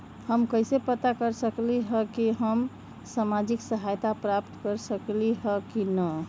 हम कैसे पता कर सकली ह की हम सामाजिक सहायता प्राप्त कर सकली ह की न?